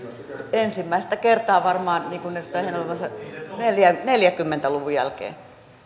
ensimmäistä kertaa varmaan niin kuin edustaja heinäluoma sanoi neljäkymmentä luvun jälkeen